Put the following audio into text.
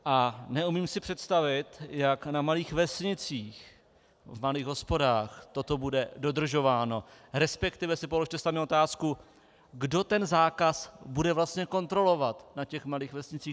A neumím si představit, jak na malých vesnicích, malých hospodách toto bude dodržováno, resp. si položte sami otázku, kdo ten zákaz bude vlastně kontrolovat na těch malých vesnicích.